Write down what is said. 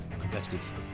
competitive